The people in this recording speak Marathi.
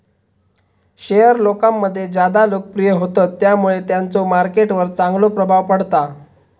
शेयर लोकांमध्ये ज्यादा लोकप्रिय होतत त्यामुळे त्यांचो मार्केट वर चांगलो प्रभाव पडता